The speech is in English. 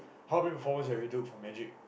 how many performance have you do for magic